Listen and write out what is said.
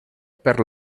per